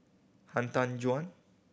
Han Tan Juan